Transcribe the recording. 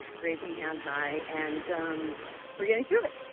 raising hand high. and we're getting through it.